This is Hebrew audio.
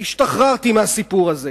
השתחררתי מהסיפור הזה,